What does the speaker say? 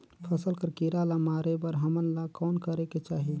फसल कर कीरा ला मारे बर हमन ला कौन करेके चाही?